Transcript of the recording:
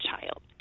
child